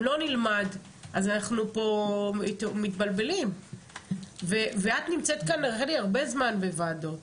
אם לא נלמד אז אנחנו פה מתבלבלים ואת נמצאת כאן רחלי הרבה זמן בוועדות